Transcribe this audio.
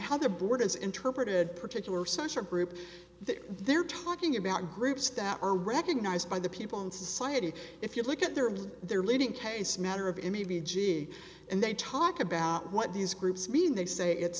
how the board has interpreted particular such a group that they're talking about groups that are recognized by the people in society if you look at their their leading case matter of any v g and they talk about what these groups mean they say it's